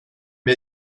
bir